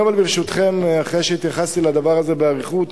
אחרי שהתייחסתי לדבר הזה באריכות,